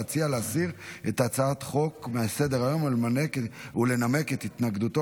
להציע להסיר את הצעת החוק מסדר-היום ולנמק את התנגדותו